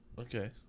Okay